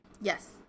yes